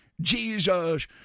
Jesus